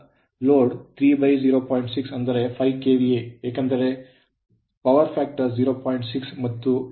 6 ಅಂದರೆ 5 KVA ಏಕೆಂದರೆ power factor 0